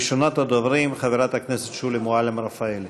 ראשונת הדוברים, חברת הכנסת שולי מועלם-רפאלי.